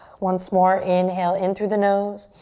once more, inhale in through the nose.